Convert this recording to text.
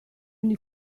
ogni